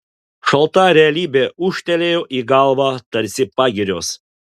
šalta realybė ūžtelėjo į galvą tarsi pagirios